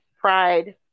Pride